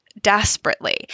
desperately